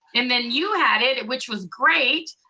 and then you had it, which was great,